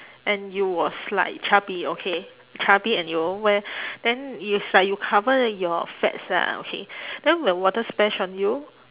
and you was like chubby okay chubby and you all wear then is like you cover your fats lah okay then when water splash on you